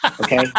Okay